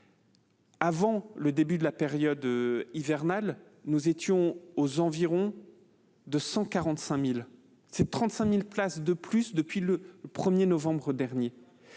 Avant le début de la période hivernale, nous étions aux environs de 145 000 ; c'est donc 35 000 places de plus depuis le 1 novembre dernier.